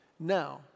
Now